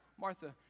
Martha